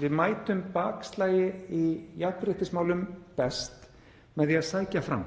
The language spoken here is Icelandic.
við mætum bakslagi í jafnréttismálum best með því að sækja fram.